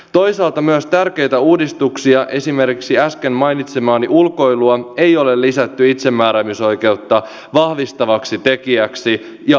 toisaalta myös tärkeitä uudistuksia esimerkiksi äsken mainitsemaani ulkoilua ei ole lisätty itsemääräämisoikeutta vahvistavaksi tekijäksi ja oikeudeksi